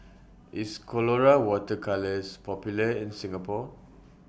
IS Colora Water Colours Popular in Singapore